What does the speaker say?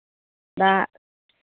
ᱫᱟᱜ